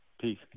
Peace